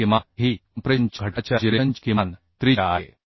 Rcकिमान ही कॉम्प्रेशन च्या घटकाच्या जिरेशनची किमान त्रिज्या आहे